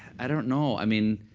i don't know. i mean,